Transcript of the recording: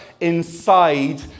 inside